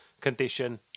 condition